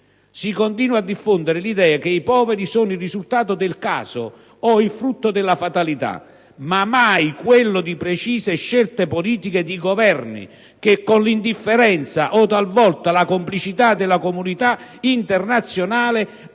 si continua a diffondere l'idea che i poveri sono il risultato del caso o il frutto della fatalità, ma mai quello di precise scelte politiche dì governi che, con l'indifferenza o talvolta la complicità della comunità internazionale,